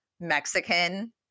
Mexican